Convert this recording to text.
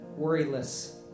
worryless